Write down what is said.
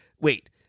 wait